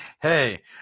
Hey